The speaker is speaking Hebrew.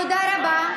תודה רבה.